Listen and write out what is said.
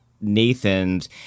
Nathan's